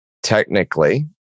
Technically